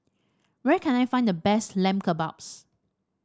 where can I find the best Lamb Kebabs